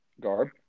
Garb